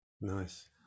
nice